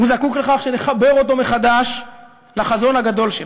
הוא זקוק לכך שנחבר אותו מחדש לחזון הגדול שלו.